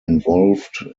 involved